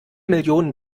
millionen